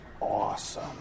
awesome